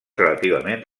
relativament